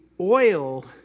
oil